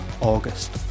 August